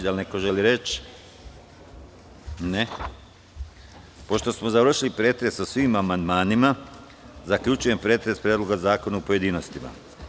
Da li neko želi reč? (Ne) Pošto smo završili pretres o svim amandmanima, zaključujem pretres Predloga zakona u pojedinostima.